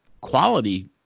quality